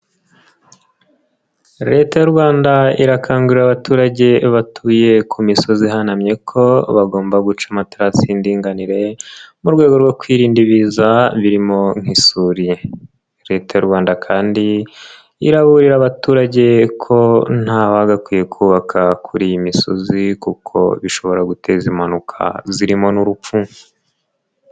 Leta y'u Rwanda irakangurira abaturage batuye ku misozi ihanamye ko bagomba guca amatarasi y'indinganire mu rwego rwo kwirinda ibiza birimo nk'isuri, Leta'u Rwanda kandi iraburira abaturage ko ntawagakwiye kubaka kuri iyi misozi kuko bishobora guteza impanuka zirimo n'urupfu.